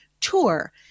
tour